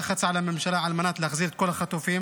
לחץ על הממשלה על מנת להחזיר את כל החטופים,